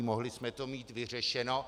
Mohli jsme to mít vyřešeno.